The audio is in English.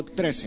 13